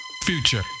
future